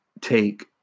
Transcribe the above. Take